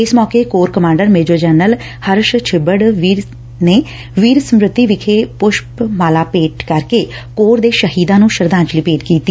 ਇਸ ਮੌਕੇ corps commander major general Harsh Chhibber Veer Smriti ਵਿਖੇ ਪੁਸ਼ੱਪ ਮਾਲਾ ਭੇਂਟ ਕਰਕੇ ਕੋਰ ਦੇ ਸ਼ਹੀਦਾਂ ਨੂੰ ਸ਼ਰਧਾਂਜਲੀ ਭੇਂਟ ਕੀਤੀ